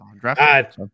draft